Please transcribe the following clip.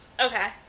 Okay